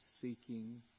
seeking